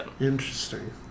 Interesting